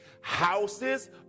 houses